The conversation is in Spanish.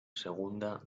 segunda